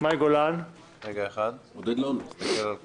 אני אגיד לכם את